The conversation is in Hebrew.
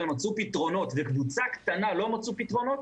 מצאו פתרונות וקבוצה קטנה לא מצאה פתרונות,